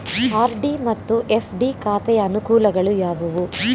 RD ಮತ್ತು FD ಖಾತೆಯ ಅನುಕೂಲಗಳು ಯಾವುವು?